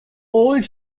old